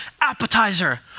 appetizer